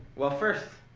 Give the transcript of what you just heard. well, first,